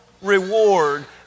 reward